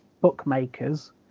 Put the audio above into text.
bookmakers